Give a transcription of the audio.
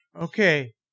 okay